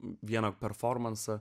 vieną performansą